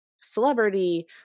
celebrity